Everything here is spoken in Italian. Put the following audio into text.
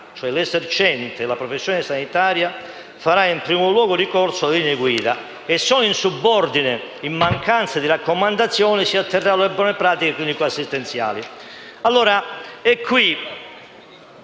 l'esercente la professione sanitaria farà in primo luogo ricorso alle linee guida e solo in subordine, in mancanza di raccomandazioni, si atterrà alle buone pratiche clinico-assistenziali.